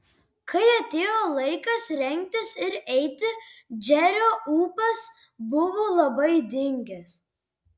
kai atėjo laikas rengtis ir eiti džerio ūpas buvo labai dingęs